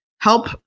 help